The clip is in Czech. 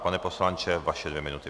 Pane poslanče, vaše dvě minuty.